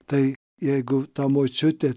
tai jeigu ta močiutė